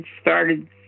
started